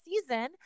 season